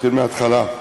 נתחיל מההתחלה.